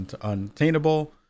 unattainable